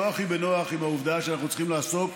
הכי בנוח עם העובדה שאנחנו צריכים לעסוק